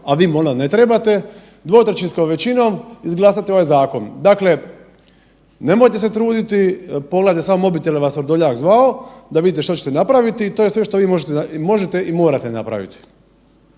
a vi im onda ne trebate 2/3 većinom izglasati ovaj zakon. Dakle, nemojte se truditi, pogledajte samo mobitel je li vas Vrdoljak zvao da vidite što ćete napraviti i to je sve što vi možete i morate napraviti.